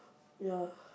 ya